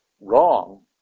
wrong